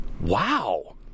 Wow